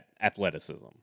athleticism